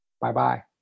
Bye-bye